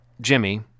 Jimmy